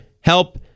HELP